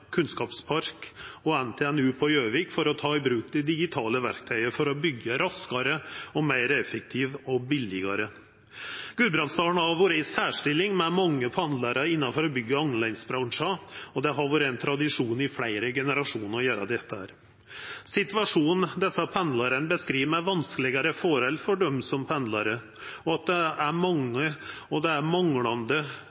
kunnskapspark og NTNU på Gjøvik for å ta i bruk dei digitale verktøya, for å byggja raskare, meir effektivt og billegare. Gudbrandsdalen har vore i ei særstilling med mange pendlarar innanfor bygg- og anleggsbransjen, og det har vore ein tradisjon i fleire generasjonar å gjera dette. Desse pendlarane beskriv ein situasjon med vanskelegare forhold for pendlarar, og det manglar gode overgangar mellom bil og kollektivtransport. For å sikra at